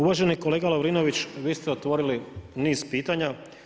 Uvaženi kolega Lovrinović, vi ste otvorili niz pitanja.